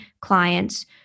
clients